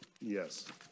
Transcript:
Yes